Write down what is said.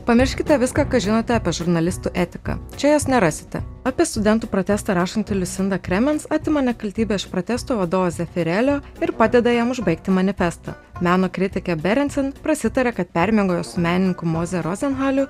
pamirškite viską ką žinote apie žurnalistų etiką čia jos nerasite apie studentų protestą rašanti liucinda kremens atima nekaltybę iš protestų vadovo zeferelio ir padeda jam užbaigti manifestą meno kritikė berensin prasitarė kad permiegojo su menininku mozė rozenhaliu